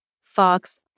Fox